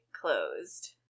closed